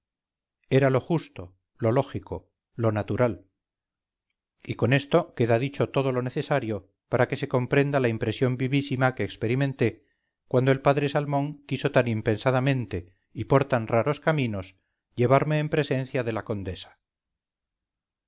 era lo justo lo lógico lo natural y con esto queda dicho todo lo necesario para que se comprenda la impresión vivísima que experimenté cuando el padre salmón quiso tan impensadamente y por tan raros caminos llevarme en presencia de la condesa